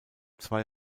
zwei